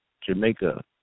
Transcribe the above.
Jamaica